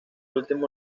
último